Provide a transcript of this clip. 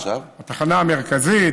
התחנה המרכזית.